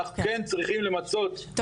אנחנו כן צריכים למצות את הזכאויות.